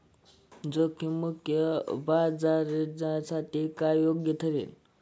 जोखीम मुक्त व्याजदरासाठी काय योग्य ठरेल?